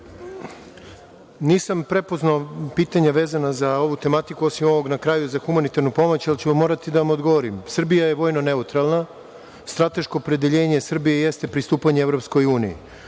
Nisam prepoznao pitanje vezano za ovu tematiku, osim ovog na kraju za humanitarnu pomoć, ali ću vam morati da vam odgovorim. Srbija je vojno neutralna. Strateško opredeljenje Srbije jeste pristupanje EU. Mi